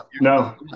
no